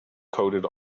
coated